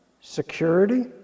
security